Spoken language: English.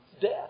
death